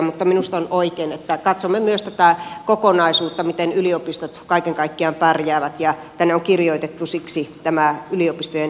mutta minusta on oikein että katsomme myös tätä kokonaisuutta miten yliopistot kaiken kaikkiaan pärjäävät ja tänne on kirjoitettu siksi tämä yliopistojen perusrahoituksen turvaaminen